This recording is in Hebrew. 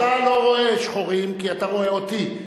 אתה לא רואה שחורים כי אתה רואה אותי,